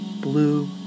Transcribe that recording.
blue